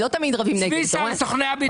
סויסה, סוכני הביטוח.